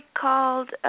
called